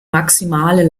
maximale